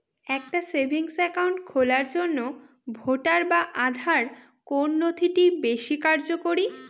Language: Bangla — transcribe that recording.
একটা সেভিংস অ্যাকাউন্ট খোলার জন্য ভোটার বা আধার কোন নথিটি বেশী কার্যকরী?